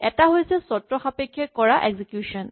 এটা হৈছে চৰ্তসাপেক্ষে কৰা এক্সিকিউচন